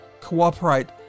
cooperate